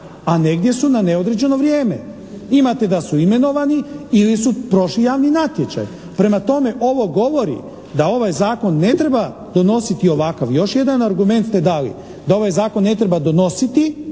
a negdje su na neodređeno vrijeme. Imate da su imenovani ili su prošli javni natječaj. Prema tome, ovo govori da ovaj zakon ne treba donositi ovakav. Još jedan argument ste dali da ovaj zakon ne treba donositi